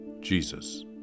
Jesus